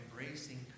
embracing